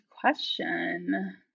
question